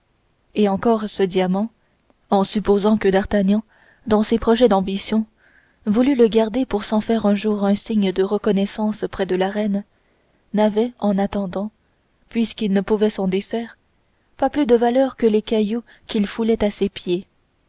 et encore ce diamant en supposant que d'artagnan dans ses projets d'ambition voulût le garder pour s'en faire un jour un signe de reconnaissance près de la reine n'avait en attendant puisqu'il ne pouvait s'en défaire pas plus de valeur que les cailloux qu'il foulait à ses pieds